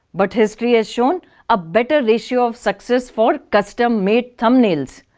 but history has shown a better ratio of success for custom made thumbnails.